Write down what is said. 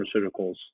pharmaceuticals